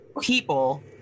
people